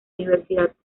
universidad